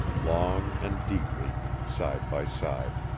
long and deeply, side by side.